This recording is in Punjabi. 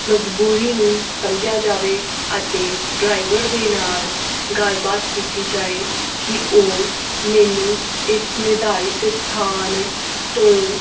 ਮਜਬੂਰੀ ਨੂੰ ਸਮਝਿਆ ਜਾਵੇ ਅਤੇ ਡਰਾਈਵਰ ਦੇ ਨਾਲ ਗੱਲਬਾਤ ਕੀਤੀ ਜਾਵੇ ਕਿ ਉਹ ਮੈਨੂੰ ਇਸ ਨਿਰਧਾਰਿਤ ਸਥਾਨ ਤੋਂ